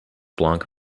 blanc